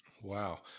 Wow